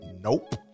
Nope